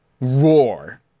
roar